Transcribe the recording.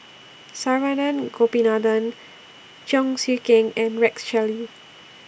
Saravanan Gopinathan Cheong Siew Keong and Rex Shelley